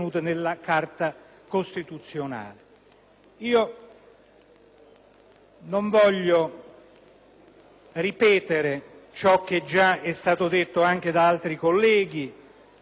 Non voglio ripetere ciò che é stato già detto anche da altri colleghi, soprattutto dal senatore Mascitelli,